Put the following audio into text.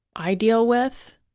i deal with.